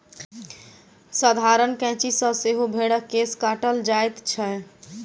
साधारण कैंची सॅ सेहो भेंड़क केश काटल जाइत छै